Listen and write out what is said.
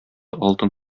алтын